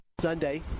Sunday